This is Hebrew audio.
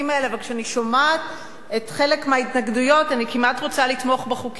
אבל כשאני שומעת חלק מההתנגדויות אני כמעט רוצה לתמוך בחוקים האלה,